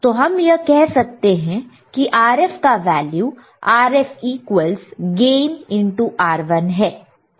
तो हम यह कह सकते हैं Rf का वैल्यू RfgainR1 है